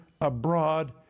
abroad